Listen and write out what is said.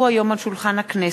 כי הונחו היום על שולחן הכנסת,